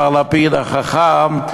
מר לפיד החכם,